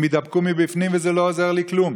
הם יידבקו מבפנים וזה לא עוזר לי כלום.